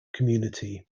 community